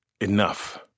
enough